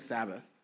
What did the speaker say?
Sabbath